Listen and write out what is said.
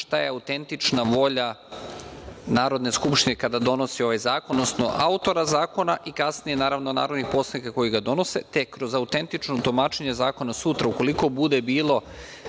šta je autentična volja Narodne skupštine kada donosi ovaj zakon, odnosno autora zakona i kasnije, naravno, narodnih poslanika koji ga donose. Tek kroz autentično tumačenje zakona sutra, ukoliko bude bilo